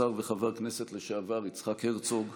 השר וחבר הכנסת לשעבר יצחק הרצוג,